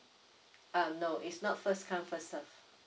um no it's not first come first serve